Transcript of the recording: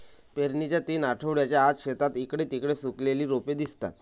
पेरणीच्या तीन आठवड्यांच्या आत, शेतात इकडे तिकडे सुकलेली रोपे दिसतात